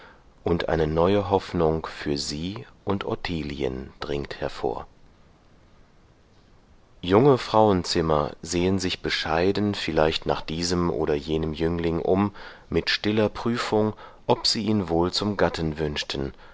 und eine neue hoffnung für sie und ottilien dringt hervor junge frauenzimmer sehen sich bescheiden vielleicht nach diesem oder jenem jüngling um mit stiller prüfung ob sie ihn wohl zum gatten wünschten